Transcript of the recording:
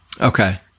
okay